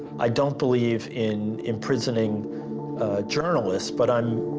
i don't believe in imprisoning journalists, but um